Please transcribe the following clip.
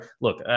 look